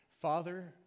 Father